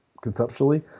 conceptually